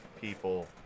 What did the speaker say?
people